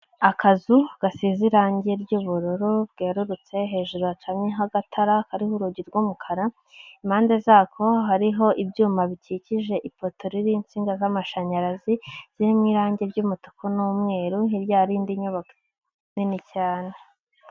Akazu gasize irangi ry'ubururu bwerurutse hejuru hacanyeho agatara kariho urugi rw'umukara, impande zako hariho ibyuma bikikije ipoto ririho insinga z'amashanyarazi zirimo irangi ry'umutuku n'umweru, hirya hari indi nyubako nini cyane.